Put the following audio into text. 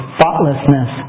thoughtlessness